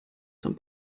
zum